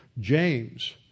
James